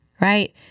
right